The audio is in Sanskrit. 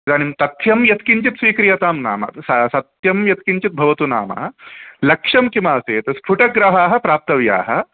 इदानीं तथ्यं यत्किञ्चित् स्वीक्रियतां नाम सत्यं सत्यं यत्किञ्चित् भवतु नाम लक्ष्यं किमासीत् स्थुटग्रहाः प्राप्तव्याः